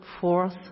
fourth